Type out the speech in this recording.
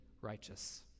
righteous